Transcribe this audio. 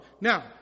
Now